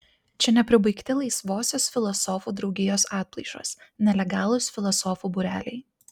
čia nepribaigti laisvosios filosofų draugijos atplaišos nelegalūs filosofų būreliai